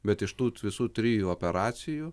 bet iš tų visų trijų operacijų